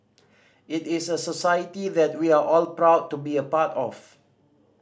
it is a society that we are all proud to be a part of